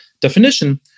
definition